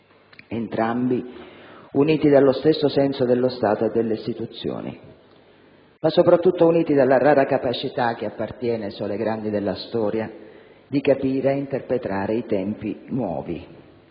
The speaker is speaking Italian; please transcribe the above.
entrambi uniti dallo stesso senso dello Stato e delle istituzioni, ma soprattutto uniti dalla rara capacità, che appartiene solo ai grandi della storia, di capire ed interpretare i tempi nuovi.